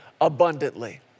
abundantly